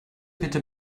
bitte